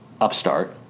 upstart